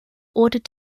ordered